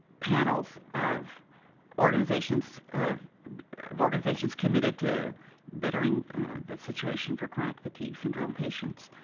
panels of organizations of of organizations committed to bettering the situation for chronic fatigue syndrome patients.